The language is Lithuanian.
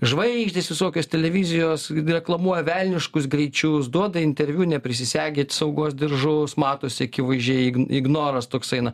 žvaigždės visokios televizijos reklamuoja velniškus greičius duoda interviu neprisisegę t saugos diržus matosi akivaizdžiai ignoras toks eina